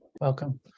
welcome